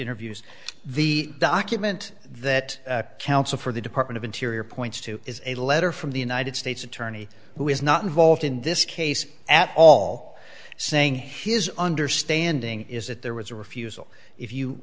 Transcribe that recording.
interviews the document that counsel for the department of interior points to is a letter from the united states attorney who is not involved in this case at all saying his understanding is that there was a refusal if you